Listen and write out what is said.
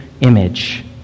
image